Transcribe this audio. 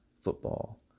football